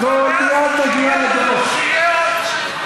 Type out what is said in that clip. אבל אתה לא קראת את הדוח על המצוקה בעזה,